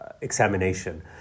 examination